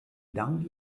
dank